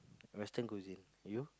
Western cuisine you